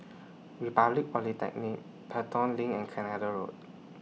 Republic Polytechnic Pelton LINK and Canada Road